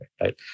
right